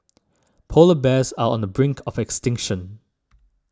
Polar Bears are on the brink of extinction